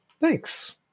thanks